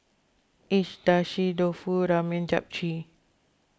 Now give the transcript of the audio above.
Agedashi Dofu Ramen Japchae